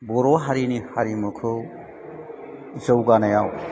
बर' हारिनि हारिमुखौ जौगानायाव